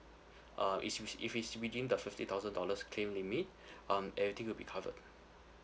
uh if wis~ if it's within the fifty thousand dollars claim limit um everything will be covered